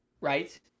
right